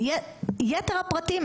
יתר הפרטים,